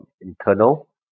internal